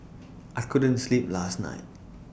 I couldn't sleep last night